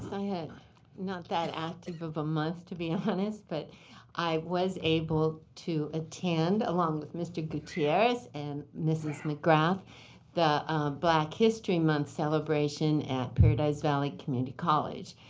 i had not that active of a month, to be honest. but i was able to attend, along with mr. gutierrez and ms. mcgrath the black history month celebration at paradise valley community college.